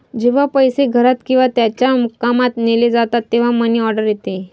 जेव्हा पैसे घरात किंवा त्याच्या मुक्कामात नेले जातात तेव्हा मनी ऑर्डर येते